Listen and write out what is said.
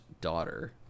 daughter